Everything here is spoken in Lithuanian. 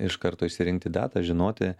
iš karto išsirinkti datą žinoti